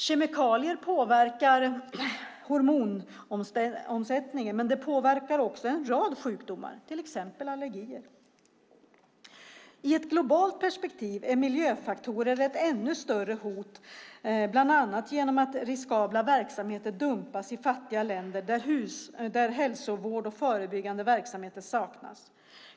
Kemikalier påverkar hormonomsättningen, men de leder också till en rad sjukdomar, exempelvis allergier. I ett globalt perspektiv är miljöfaktorer ett ännu större hälsohot, bland annat genom att riskabla verksamheter dumpas i fattiga länder där hälsovård och förebyggande verksamheter saknas.